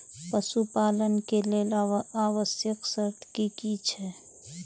पशु पालन के लेल आवश्यक शर्त की की छै?